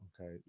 okay